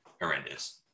Horrendous